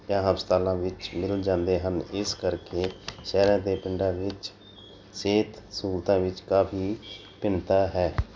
ਜਾਂ ਹਸਪਤਾਲਾਂ ਵਿੱਚ ਮਿਲ ਜਾਂਦੇ ਹਨ ਇਸ ਕਰਕੇ ਸ਼ਹਿਰਾਂ ਅਤੇ ਪਿੰਡਾਂ ਵਿੱਚ ਸਿਹਤ ਸਹੂਲਤਾਂ ਵਿੱਚ ਕਾਫੀ ਭਿੰਨਤਾ ਹੈ